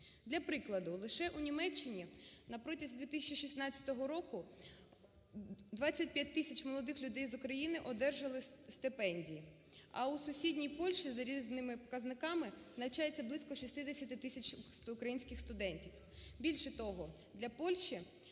Для прикладу, лише у Німеччині на протязі 2016 року 25 тисяч молодих людей з України одержали стипендії, а у сусідній Польщі за різними показниками навчається близько 60 тисяч українських студентів. Більше того, для Польщі